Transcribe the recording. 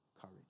courage